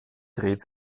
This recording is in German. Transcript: dreht